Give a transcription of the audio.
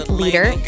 leader